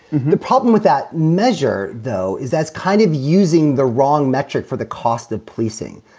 the problem with that measure, though, is that's kind of using the wrong metric for the cost of policing.